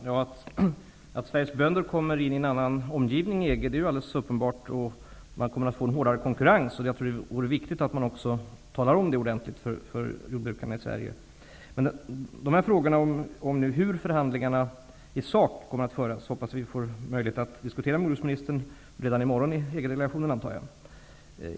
Herr talman! Att svenska bönder kommer in i en annan omgivning i EG är alldeles uppenbart. De kommer att få en hårdare konkurrens. Det är viktigt att man också talar om detta ordentligt för jordbrukarna i Sverige. Frågorna om hur förhandlingarna i sak kommer att föras hoppas jag att jag får möjlighet att diskutera med jordbruksministern redan i morgon i EG delegationen.